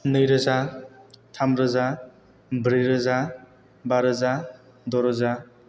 नैरोजा थामरोजा ब्रैरोजा बारोजा दरोजा